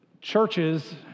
churches